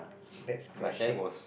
that's crushing